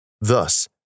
Thus